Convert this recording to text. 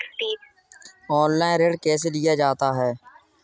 Online ऋण कैसे लिया जाता है?